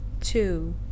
Two